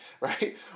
right